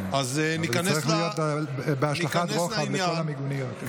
זה צריך להיות בהשלכת רוחב, לכל המיגוניות.